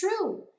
true